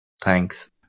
Thanks